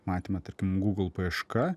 matėme tarkim google paieška